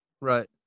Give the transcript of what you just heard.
Right